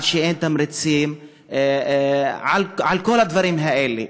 על כך שאין תמריצים, על כל הדברים האלה.